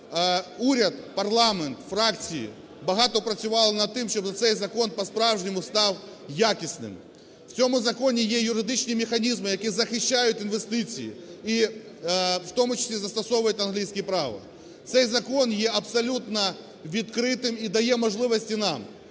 Уряд, парламент, фракції багато працювали над тим, щоб цей закон по-справжньому став якісним. В цьому законі є юридичні механізми, які захищають інвестиції і в тому числі застосовують англійське право. Цей закон є абсолютно відкритим і дає можливості нам